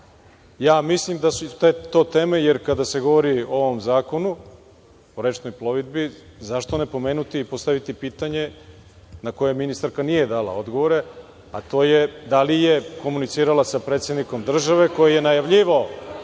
pomenuli. Mislim da su to teme, jer kada se govori o ovom zakonu, o rečnoj plovidbi, zašto ne pomenuti i postaviti pitanje, na koje ministarka nije dala odgovore, a to je – da li je komunicirala sa predsednikom države, koji je najavljivao